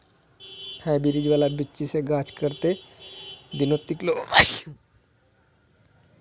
Hybrid वाला बिच्ची से गाछ कते दिनोत निकलो होबे?